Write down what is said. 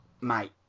mate